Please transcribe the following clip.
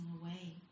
away